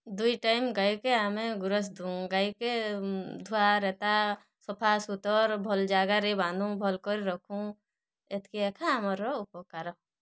ଦୁଇ ଟାଇମ୍ ଗାଈକେ ଆମେ ଗୁରସ୍ ଦୁଉଁ ଗାଈକେ ଧୁଆ ରେତା ସଫା ସୁତର୍ ଭଲ୍ ଜାଗାରେ ବାନ୍ଧୁ ଭଲ୍ କରି ରଖୁଁ ଏତ୍କି ଏଖା ଆମର ଉପକାର